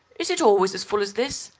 is it always as full as this?